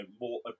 more